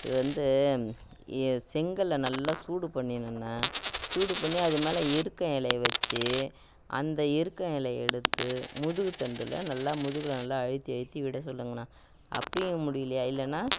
இது வந்து எ செங்கலை நல்லா சூடு பண்ணிடணுண்ண சூடு பண்ணி அது மேலே எருக்கம் இலைய வெச்சி அந்த எருக்கம் இலைய எடுத்து முதுகுத் தண்டில் நல்லா முதுகில் நல்லா அழுத்தி அழுத்தி விட சொல்லுங்கண்ணா அப்படியும் முடியலியா இல்லைன்னா